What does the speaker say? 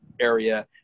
area